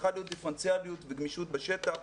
צריכה להיות דיפרנציאליות וגמישות בשטח.